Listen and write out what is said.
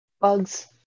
Bugs